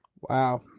Wow